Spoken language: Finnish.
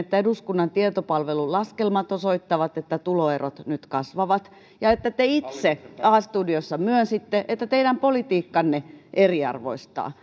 että eduskunnan tietopalvelun laskelmat osoittavat että tuloerot nyt kasvavat ja että te itse a studiossa myönsitte että teidän politiikkanne eriarvoistaa